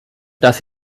dass